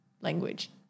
language